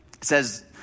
says